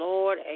Lord